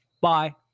Bye